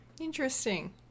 Interesting